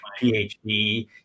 PhD